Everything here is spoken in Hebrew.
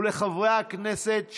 ולחברי הכנסת,